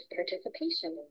participation